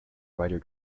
writer